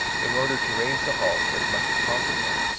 in order to raise the hull as much as possible.